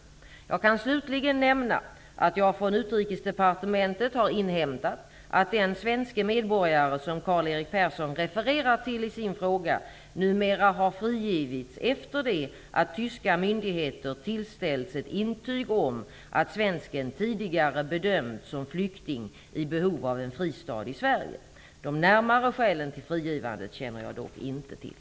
Jag kan slutligen nämna att jag från Utrikesdepartementet har inhämtat att den svenske medborgare som Karl-Erik Persson refererar till i sin fråga numera har frigivits efter det att tyska myndigheter tillställts ett intyg om att svensken tidigare bedömts som flykting i behov av en fristad i Sverige. De närmare skälen för frigivandet känner jag dock inte till.